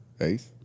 Ace